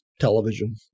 television